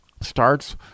starts